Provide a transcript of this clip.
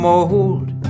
old